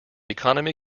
economy